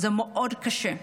זה מאוד קשה.